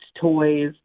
toys